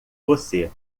você